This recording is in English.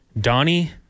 Donnie